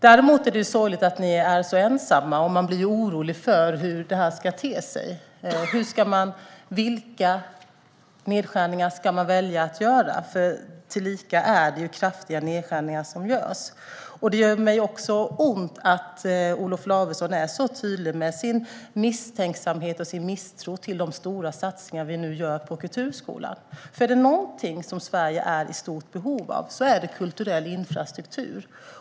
Däremot är det sorgligt att ni är så ensamma, och man blir orolig för hur det här ska te sig. Vilka nedskärningar ska man välja att göra? Det är ju kraftiga nedskärningar som görs. Det gör mig också ont att Olof Lavesson är så tydlig med sin misstänksamhet och sin misstro till de stora satsningar som vi nu gör på kulturskolan. Är det någonting som Sverige är i stort behov av är det kulturell infrastruktur.